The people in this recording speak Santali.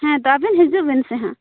ᱦᱮᱸ ᱛᱳ ᱟᱵᱮᱱ ᱦᱤᱡᱩᱜ ᱵᱮᱱ ᱥᱮᱦᱟᱸᱜ